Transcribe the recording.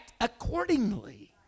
accordingly